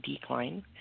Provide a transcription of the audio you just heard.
decline